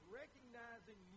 recognizing